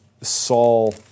Saul